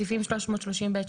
סעיפים 330ב,